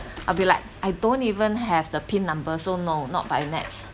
I'll be like I don't even have the pin number so no not by NETS